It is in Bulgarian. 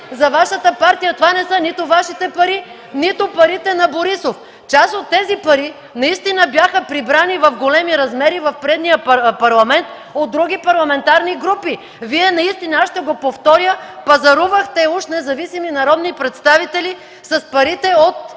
за Вашата партия! Това не са нито Вашите пари, нито парите на Борисов! Част от тези пари наистина бяха прибрани в големи размери в предния Парламент от други парламентарни групи! Аз ще го повторя, Вие наистина пазарувахте уж независими народни представители с парите от